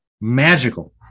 magical